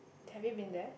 have you been there